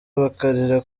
bakarira